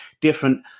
different